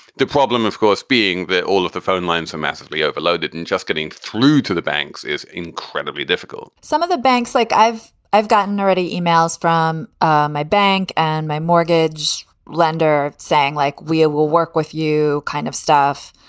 the problem, of course, being that all of the phone lines are massively overloaded and just getting through to the banks is incredibly difficult some of the banks like i've i've gotten nasty emails from ah my bank and my mortgage lender saying, like, we ah will work with you. kind of stuff.